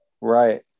right